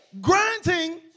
granting